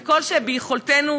וכל שביכולתנו,